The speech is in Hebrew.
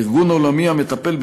ארגון עולמי המטפל,